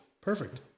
Perfect